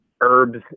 herbs